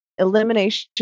elimination